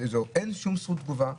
אין שום זכות תגובה,